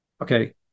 Okay